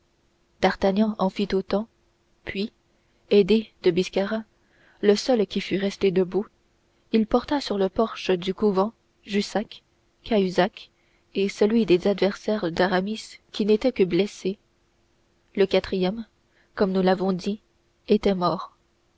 d'artagnan en fit autant puis aidé de biscarat le seul qui fut resté debout il porta sous le porche du couvent jussac cahusac et celui des adversaires d'aramis qui n'était que blessé le quatrième comme nous l'avons dit était mort